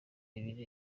ibindi